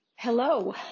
Hello